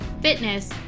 fitness